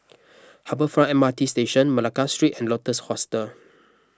Harbour Front M R T Station Malacca Street and Lotus Hostel